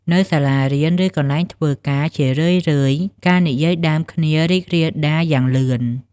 នៅសាលារៀន ឬកន្លែងធ្វើការ ជារឿយៗ ការនិយាយដើមគ្នារីករាលដាលយ៉ាងលឿន។